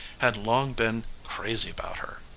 had long been crazy about her.